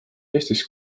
eestis